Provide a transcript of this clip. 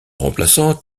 remplaçant